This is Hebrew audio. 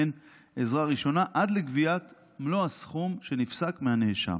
מעין עזרה ראשונה עד לגביית מלוא הסכום שנפסק מהנאשם.